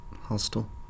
hostel